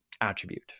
attribute